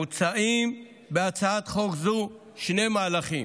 מוצעים בהצעת חוק זו שני מהלכים.